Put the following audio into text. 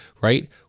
right